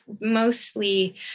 mostly